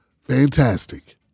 Fantastic